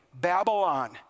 Babylon